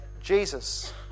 Jesus